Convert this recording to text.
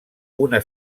una